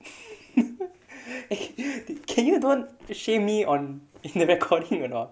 eh can you don't shame me on the recording or not